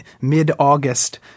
mid-August